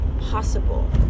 possible